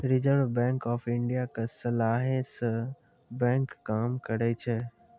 reserve bank of India के सलाहे से बैंक काम करै छै